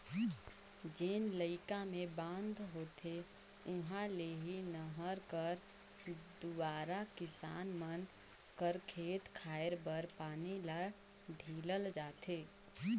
जेन इलाका मे बांध होथे उहा ले ही नहर कर दुवारा किसान मन कर खेत खाएर बर पानी ल ढीलल जाथे